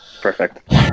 perfect